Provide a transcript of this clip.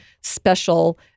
special